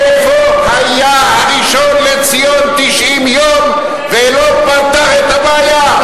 איפה היה הראשון לציון 90 יום ולא פתר את הבעיה?